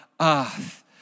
earth